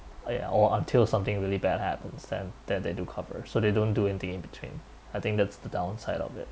ya or until something really bad happens then that they do cover so they don't do in the in between I think that's the downside of it